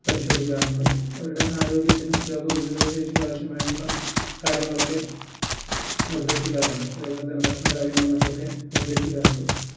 പരിശോധിക്കാറുണ്ട് അവരുടെ ആരോഗ്യത്തിനും രോഗ പ്രതിരോധ ശേഷിക്കും ആവശ്യമായിട്ടുള്ള കാര്യങ്ങളൊക്കെ നിർദ്ദേശിക്കാറുണ്ട് അതേ പോലെ തന്നെ ഭക്ഷണ കാര്യങ്ങളും മറ്റൊക്കെ നിർദ്ദേശിക്കാറുണ്ട്